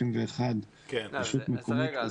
61% רשות מקומית.